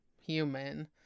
human